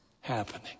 happening